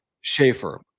Schaefer